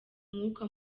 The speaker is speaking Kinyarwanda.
umwuka